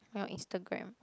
on your Instagram